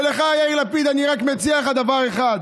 ולך, יאיר לפיד, אני רק מציע לך דבר אחד: